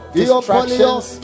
distractions